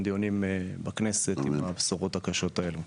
דיונים בכנסת עם הבשורות הקשות האלו.